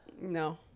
No